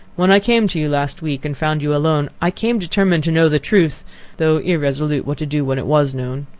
when i came to you last week and found you alone, i came determined to know the truth though irresolute what to do when it was known.